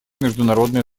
международное